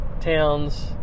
towns